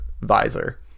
visor